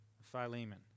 Philemon